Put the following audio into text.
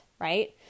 right